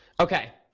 ok.